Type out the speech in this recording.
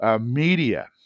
Media